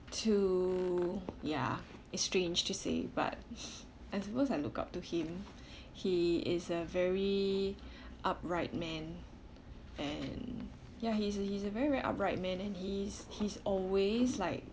to ya it's strange to say but I suppose I look up to him he is a very upright man and ya he's he's a very very upright man and he's he's always like